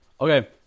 Okay